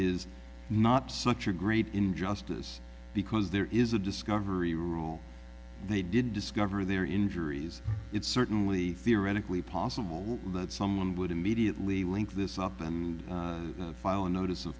is not such a great injustice because there is a discovery rule they didn't discover their injuries it's certainly theoretically possible that someone would immediately link this up and file a notice